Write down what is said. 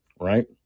right